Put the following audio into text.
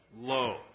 low